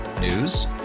News